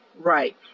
Right